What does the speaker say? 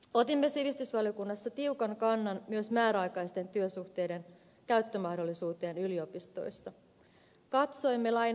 otimme sivistysvaliokunnassa tiukan kannan myös määräaikaisten työsuhteiden käyttömahdollisuuteen yliopistoissa